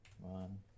One